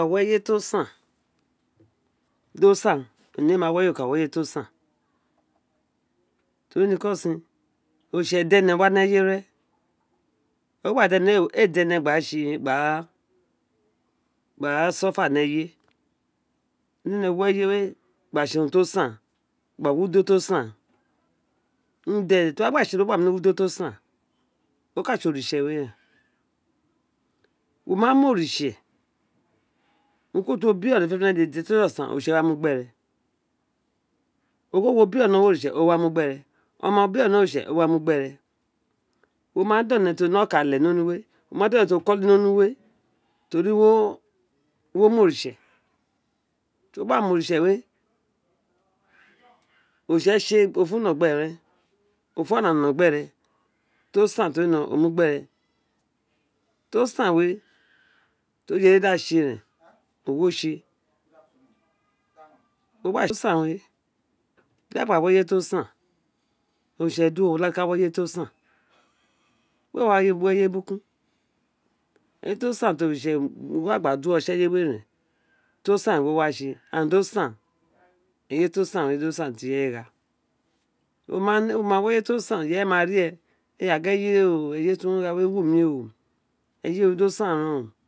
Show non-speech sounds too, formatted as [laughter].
Wo ma wi eye to san yo san oniye ma wi eye o ka wi ẹye to san to ri ni ko sin oriste dá énè wa ni eye we reén ogba da ene o da ene gba tsi gba ra gba [unintelligible] ni eye we di ene wi eye gba tse urun t o san unem de ti uwo wa tse gbe né urun to san o ka tse oritse we dẹ mo ma ma oritse urun kurun ti wo ma biro ghan dèdè ti o jolo san oritse wa mu gbi ére ogho wo birọ ni ewọ oritse o mu gbéré oma wo biró owa mu gbe re wo da one ti o ni ale ni onuwe wo ma di one ti on ilolo ni onuwe tori wo mo oritse ti uwo gba mo oritse ti uwo gba mo oritse we oritse tse o funo gbéré o fu ogona nọ gberè reen o fu ogona no funi gbére reen o fu ona nọ gbére reen ti o san ti o wine o mu gbi ére ti o san we ti o yele di a tse rén ti o tsi di a gba wi eye to san we oritse di uwo wa la ti ka do eye to san wé wa wi eye burukun ẹye ti o san ti oritse wa gba ju uwo tsi eye we dè ti osan wo wa tse [unintelligible] do san eye to san o san di irẹ ye do gha wo ma wo ma wo oyi ti o san o di ireye ma ri éè éè a gin eye ti wo gha wumi o eye di o san